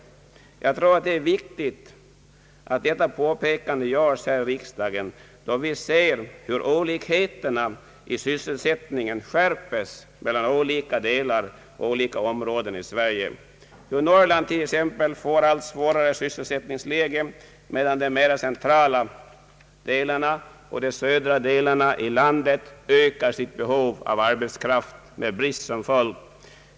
Jag tror att det är viktigt att detta påpekande görs här i riksdagen, då vi ser hur olikheterna i sysselsättning mellan olika områden i Sverige skärpes. Norrland får till exempel allt svårare sysselsättningsläge, medan de centrala och södra delarna av landet ökar sitt behov av arbetskraft med brist som följd.